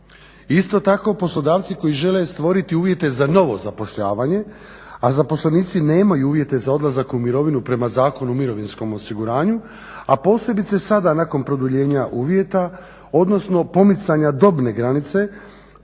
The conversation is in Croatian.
Isto tako poslodavci koji žele stvoriti uvjete za novo zapošljavanje a zaposlenici nemaju uvjete za odlazak u mirovinu prema zakonu o mirovinskom osiguranju a posebice sada nakon produljenja uvjeta odnosno pomicanja dobne granice